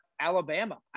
Alabama